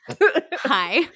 Hi